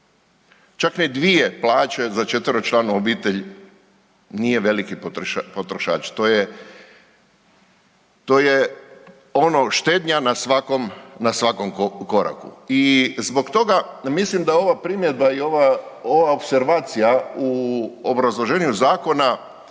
čak ni 2 plaće za četveročlanu obitelj nije veliki potrošač to je, to je ono štednja na svakom koraku. I zbog toga mislim da ova primjedba i ova opservacija u obrazloženju zakona